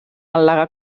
al·legar